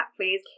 please